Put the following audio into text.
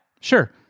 sure